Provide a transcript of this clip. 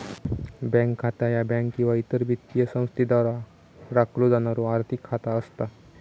bank खाता ह्या bank किंवा इतर वित्तीय संस्थेद्वारा राखलो जाणारो आर्थिक खाता असता